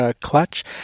clutch